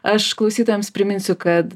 aš klausytojams priminsiu kad